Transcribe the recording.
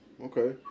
Okay